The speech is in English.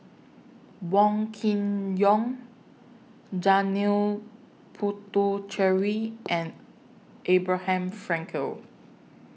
Wong Kin Jong Janil Puthucheary and Abraham Frankel